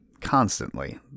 constantly